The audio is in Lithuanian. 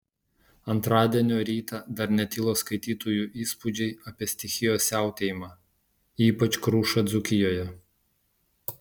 antradienio rytą dar netilo skaitytojų įspūdžiai apie stichijos siautėjimą ypač krušą dzūkijoje